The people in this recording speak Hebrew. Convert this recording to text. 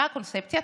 מה הקונספציה?